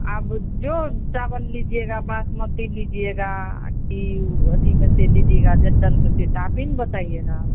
आप जो चावल लीजिएगा बासमती लीजिएगा कि अथी में से लीजिएगा जनरल में से तो आप ही ना बताइए